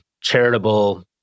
charitable